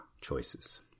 choices